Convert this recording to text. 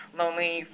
lonely